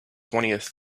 twentieth